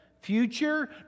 future